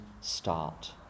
start